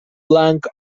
blanc